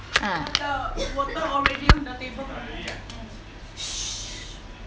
ah shh